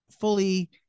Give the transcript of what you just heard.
fully